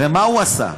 מה הוא עשה?